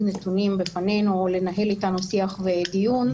נתונים בפנינו או לנהל איתנו שיח ודיון.